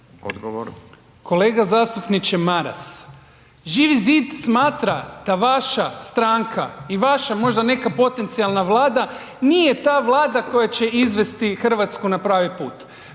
zid)** Kolega zastupniče Maras, Živi zid smatra da vaša stranka i vaša možda neka potencijalna vlada nije ta vlada koja će izvesti Hrvatsku na pravi put.